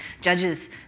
judges